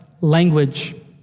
language